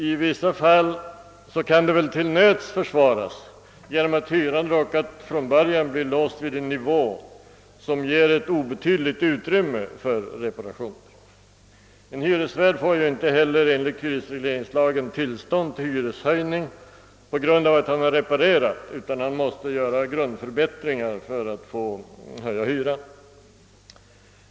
I vissa fall kan det väl till nöds försvaras, därför att hyran från början råkat bli låst vid en nivå som ger ett obetydligt utrymme för reparationer. En hyresvärd får ju inte heller enligt hyresregleringslagen tillstånd till hyreshöjning på grund av reparation, utan han måste göra grundförbättringar för att få höja hyran.